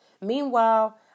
Meanwhile